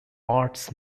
arts